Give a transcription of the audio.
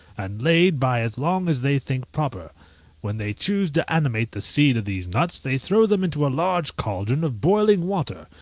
and laid by as long as they think proper when they choose to animate the seed of these nuts, they throw them into a large cauldron of boiling water,